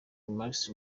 max